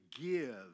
give